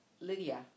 Lydia